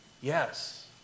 Yes